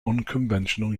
unconventional